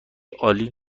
عالی